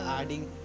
adding